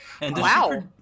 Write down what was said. Wow